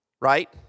right